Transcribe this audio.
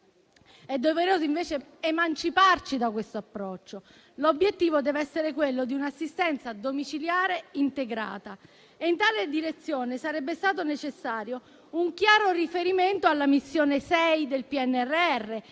È doveroso invece emanciparci da questo approccio. L'obiettivo deve essere quello di un'assistenza domiciliare integrata. E in tale direzione sarebbe stato necessario un chiaro riferimento alla Missione 6 del PNRR,